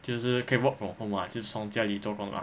就是可以 work from home lah 就是从家里做工 lah